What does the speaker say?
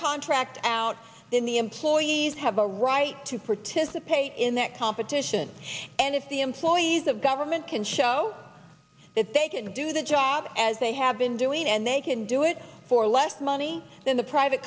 contract out in the employees have a right to participate in that competition and if the employees of government can show that they can do the job as they have been doing and they can do it for less money than the private